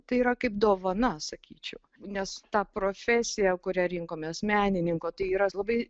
tai yra kaip dovana sakyčiau nes ta profesija kurią rinkomės menininko tai yra labai